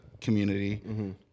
community